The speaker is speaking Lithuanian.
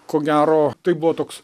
ko gero tai buvo toks